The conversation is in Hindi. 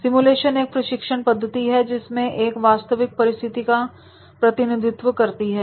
सिमुलेशन एक प्रशिक्षण पद्धति है जिसमें एक वास्तविक परिस्थिति का प्रतिनिधित्व करती है